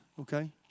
okay